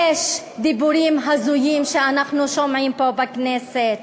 יש דיבורים הזויים שאנחנו שומעים פה בכנסת: